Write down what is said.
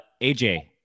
AJ